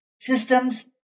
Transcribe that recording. systems